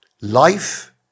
life